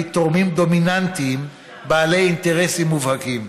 תורמים דומיננטיים בעלי אינטרסים מובהקים.